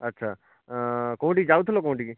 ଆଚ୍ଛା କେଉଁଠି ଯାଉଥିଲ କେଉଁଠି କି